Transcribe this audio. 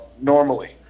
normally